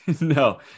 no